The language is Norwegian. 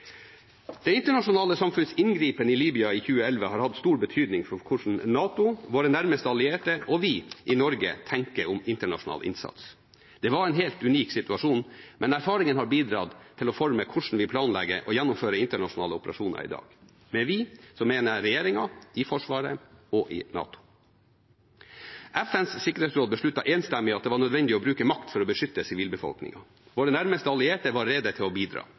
Det internasjonale samfunns inngripen i Libya i 2011 har hatt stor betydning for hvordan NATO, våre nærmeste allierte og vi i Norge tenker om internasjonal innsats. Det var en helt unik situasjon, men erfaringene har bidratt til å forme hvordan vi planlegger og gjennomfører internasjonale operasjoner i dag. Med «vi» mener jeg i regjeringen, i Forsvaret og i NATO. FNs sikkerhetsråd besluttet enstemmig at det var nødvendig å bruke makt for å beskytte sivilbefolkningen. Våre nærmeste allierte var rede til å bidra.